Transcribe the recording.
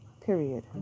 Period